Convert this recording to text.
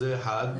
זה אחד.